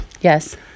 Yes